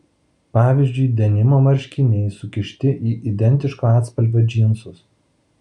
pavyzdžiui denimo marškiniai sukišti į identiško atspalvio džinsus